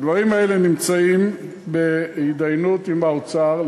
הדברים האלה נמצאים בהתדיינות עם האוצר.